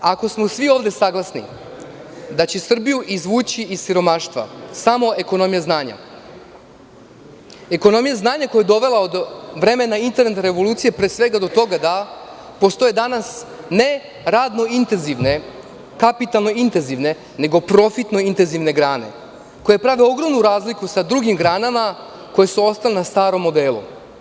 Ako smo svi ovde saglasni da će Srbiju izvući iz siromaštva samo ekonomija znanja, koja je dovela do vremena internet revolucije, pre svega do toga da postoje danas ne radno intenzivne, kapitalno intenzivne, nego profitno intenzivne grane, koje prave ogromnu razliku sa drugim granama koje su ostale na starom modelu.